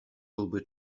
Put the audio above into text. byłby